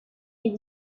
les